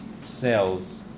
cells